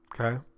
Okay